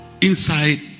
inside